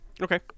okay